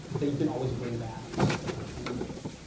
that you can always bring back into like, any debate.